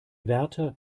wärter